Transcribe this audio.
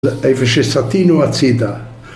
איפה שסטינו הצידה